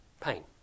pain